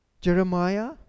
Jeremiah